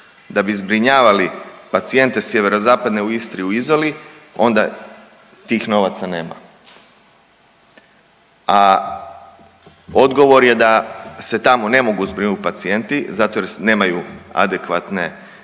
da bi zbrinjavali pacijente sjeverozapadne u Istri u Izoli onda tih novaca nema. A odgovor je da se tamo ne mogu zbrinuti pacijenti zato jer nemaju adekvatne ne